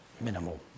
minimal